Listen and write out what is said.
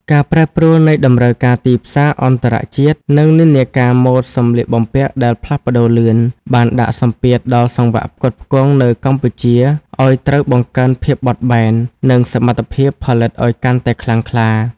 ការប្រែប្រួលនៃតម្រូវការទីផ្សារអន្តរជាតិ និងនិន្នាការម៉ូដសម្លៀកបំពាក់ដែលផ្លាស់ប្តូរលឿន បានដាក់សម្ពាធដល់សង្វាក់ផ្គត់ផ្គង់នៅកម្ពុជាឱ្យត្រូវបង្កើនភាពបត់បែន និងសមត្ថភាពផលិតឱ្យកាន់តែខ្លាំងក្លា។